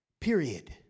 period